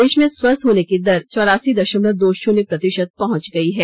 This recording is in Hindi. देश में स्वस्थ होने की दर चौरासी दशमलव दो शून्य प्रतिशत पहुंच गई है